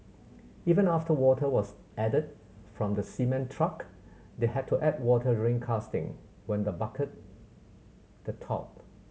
even after water was added from the cement truck they had to add water during casting when the bucket the top